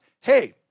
hey